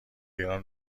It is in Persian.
ایران